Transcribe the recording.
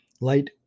light